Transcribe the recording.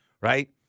right